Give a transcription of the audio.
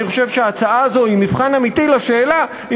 אני חושב שההצעה הזו היא מבחן אמיתי לשאלה אם